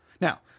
Now